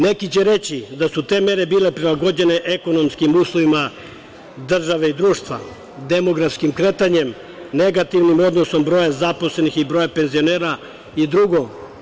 Neki će reći da su te mere bile prilagođene ekonomskim uslovima države i društva, demografskim kretanjem, negativnim odnosom broja zaposlenih i broja penzionera i drugo.